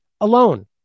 alone